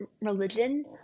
religion